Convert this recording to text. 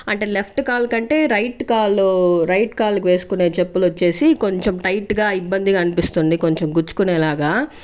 అంటే లెఫ్ట్ కాలు కంటే రైట్ కాలు రైట్ కాలుకు వేసుకునే చెప్పులు వచ్చేసి కొంచం టైట్గా ఇబ్బందిగా అనిపిస్తుంది కొంచం గుచ్చుకునే లాగా